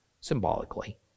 symbolically